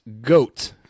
Goat